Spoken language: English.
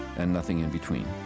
and nothing in between.